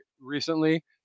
recently